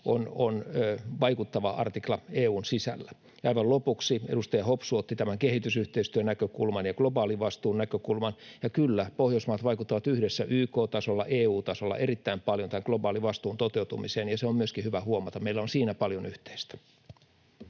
on vaikuttava artikla EU:n sisällä. Ja aivan lopuksi: Edustaja Hopsu otti tämän kehitysyhteistyönäkökulman ja globaalivastuun näkökulman, ja kyllä, Pohjoismaat vaikuttavat yhdessä YK-tasolla ja EU-tasolla erittäin paljon tämän globaalivastuun toteutumiseen, ja se on myöskin hyvä huomata. Meillä on siinä paljon yhteistä.